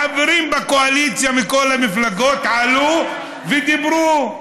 החברים בקואליציה מכל המפלגות עלו ודיברו,